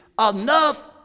enough